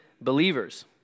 believers